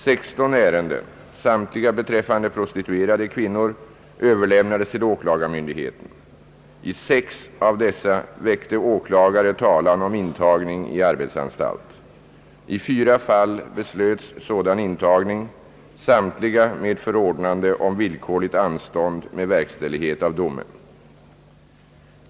16 ärenden, samtliga beträffande prostituerade kvinnor, överlämnades till åklagarmyndigheten. I sex av dessa väckte åklagare talan om intagning i arbetsanstalt. I fyra fall beslöts sådan intagning, samtliga med förordnande om villkorligt anstånd med verkställighet av domen.